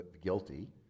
guilty